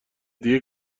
دیگه